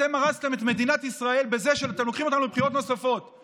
אתם הרסתם את מדינת ישראל בזה שאתם לוקחים אותנו לבחירות נוספות.